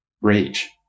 rage